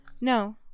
No